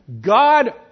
God